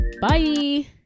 Bye